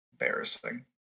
embarrassing